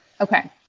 Okay